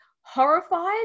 horrified